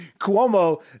Cuomo